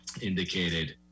indicated